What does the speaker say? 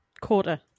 Quarter